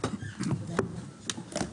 לכולם.